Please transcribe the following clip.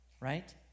right